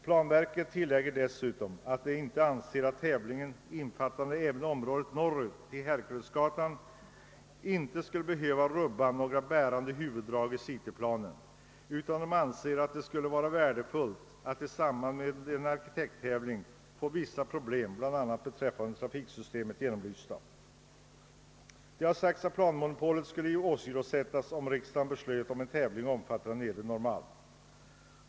Planverket tillägger att man inte anser att en tävling innefattande även området norrut till Herkulesgatan skulle behöva rubba några bärande huvuddrag i cityplanen, utan att det tvärtom skulle vara värdefullt att i samband med en arkitekttävling få vissa problem bl a. beträffande trafiksystemet genomlysta. Det har sagts att planmonopolet skulle åsidosättas om riksdagen beslöt om en tävling omfattande Nedre Norrmalm.